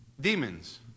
demons